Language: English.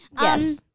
Yes